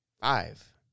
five